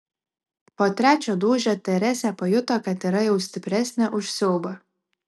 po trečio dūžio teresė pajuto kad yra jau stipresnė už siaubą